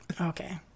Okay